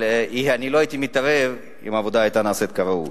אבל לא הייתי מתערב אם העבודה היתה נעשית כראוי.